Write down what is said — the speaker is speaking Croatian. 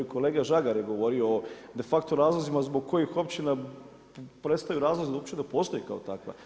Kolega Žagar je govorio o de facto razlozima, zbog kojih općina prestaju uopće da postoji kao takva.